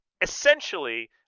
essentially